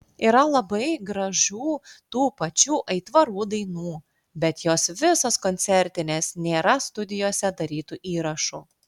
yra labai gražių tų pačių aitvarų dainų bet jos visos koncertinės nėra studijose darytų įrašų